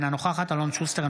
אינה נוכחת אלון שוסטר,